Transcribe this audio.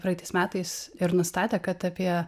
praeitais metais ir nustatė kad apie